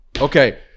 Okay